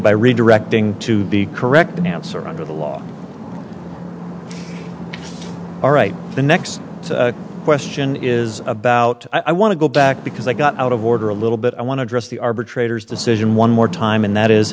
by redirecting to be correct announcer under the law all right the next question is about i want to go back because i got out of order a little bit i want to dress the arbitrator's decision one more time and that is